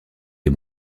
des